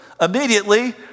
immediately